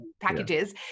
packages